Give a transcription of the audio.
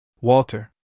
Walter